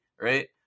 right